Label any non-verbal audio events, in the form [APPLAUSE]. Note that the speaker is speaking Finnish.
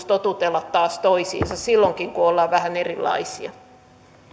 [UNINTELLIGIBLE] totutella taas toisiinsa silloinkin kun ollaan vähän erilaisia